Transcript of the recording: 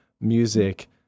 music